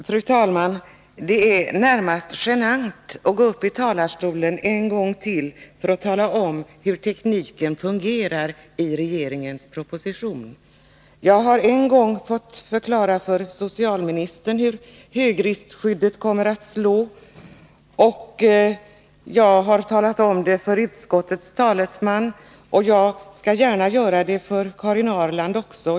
Fru talman! Det är närmast genant att gå upp i talarstolen en gång till för att tala om hur tekniken fungerar i regeringens proposition. Jag har en gång fått förklara för socialministern hur högriskskyddet kommer att slå, jag har talat om det för utskottets talesman, och jag skall göra det för Karin Ahrland också.